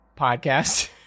podcast